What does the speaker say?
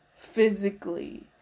physically